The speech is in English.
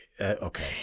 okay